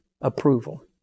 approval